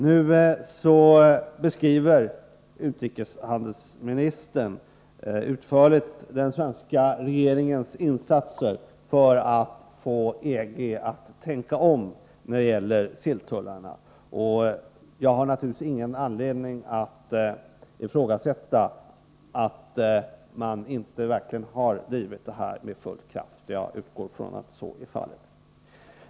Nu beskriver utrikeshandelsministern utförligt den svenska regeringens insatser för att få EG att tänka om när det gäller silltullarna, och jag har naturligtvis ingen anledning att ifrågasätta att man inte verkligen har drivit detta med full kraft. Jag utgår från att så är fallet.